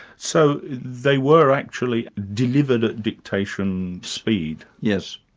so they were actually delivered at dictation speed? yes.